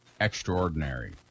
extraordinary